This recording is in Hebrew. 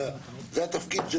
זה התפקיד.